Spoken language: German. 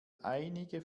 einige